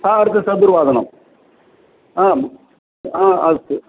ह सार्धचदुर्वादनम् आम् आ अस्तु